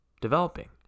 developing